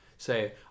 Say